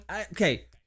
Okay